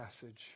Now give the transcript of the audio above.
passage